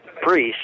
priest